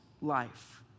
life